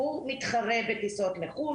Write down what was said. מתחרה בטיסות לחו"ל,